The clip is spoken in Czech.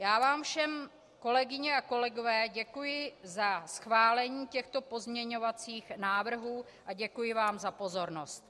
Já vám všem, kolegyně a kolegové, děkuji za schválení těchto pozměňovacích návrhů a děkuji vám za pozornost.